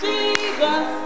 Jesus